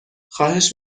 خواهش